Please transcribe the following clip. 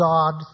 God